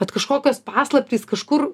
vat kažkokios paslaptys kažkur